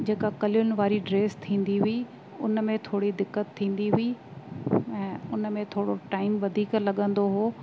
जेका कलियुनि वारी ड्रेस थींदी हुई उन में थोरी दिक़तु थींदी हुई ऐं उन में थोरो टाइम वधीक लगंदो हो